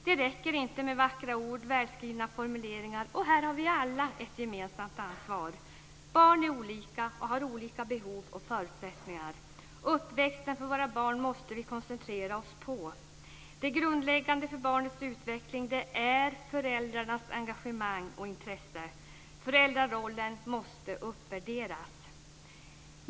Det räcker inte med vackra ord och välskrivna formuleringar. Här har vi alla ett gemensamt ansvar. Barn är olika och har olika behov och förutsättningar. Uppväxten för våra barn måste vi koncentrera oss på. Det grundläggande för barnets utveckling är föräldrarnas engagemang och intresse. Föräldrarollen måste uppvärderas.